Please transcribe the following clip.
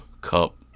cup